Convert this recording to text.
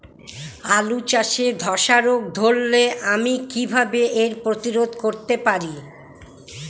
আলু চাষে ধসা রোগ ধরলে আমি কীভাবে এর প্রতিরোধ করতে পারি?